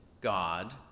God